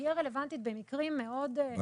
תהיה רלוונטית במקרים מאוד מיוחדים.